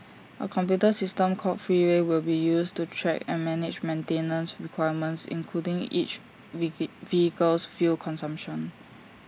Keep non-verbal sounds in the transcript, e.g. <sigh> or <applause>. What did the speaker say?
A computer system called Freeway will be used to track and manage maintenance requirements including each <unintelligible> vehicle's fuel consumption